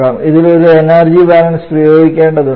ഇതിൽ ഒരു energy balance പ്രയോഗിക്കേണ്ടതുണ്ടോ